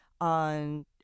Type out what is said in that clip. on